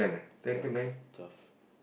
twelve twelve